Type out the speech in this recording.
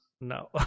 No